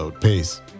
Peace